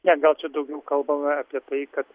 ne gal čia daugiau kalbama apie tai kad